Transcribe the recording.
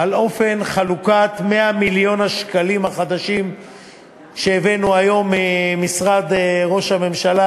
על אופן חלוקת 100 מיליון השקלים החדשים שהבאנו היום ממשרד ראש הממשלה,